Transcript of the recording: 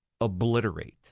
obliterate